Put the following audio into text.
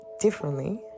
differently